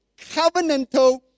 covenantal